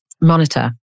monitor